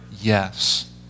yes